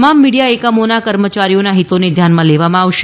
તમામ મીડીયા એકમોના કર્મચારીઓના હિતોને ધ્યાનમાં લેવામાં આવશે